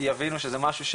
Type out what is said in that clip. כי יבינו שזה משהו,